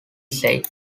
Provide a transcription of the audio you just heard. said